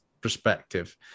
perspective